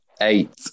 Eight